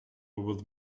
with